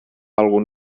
algun